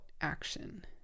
action